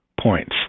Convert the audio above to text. points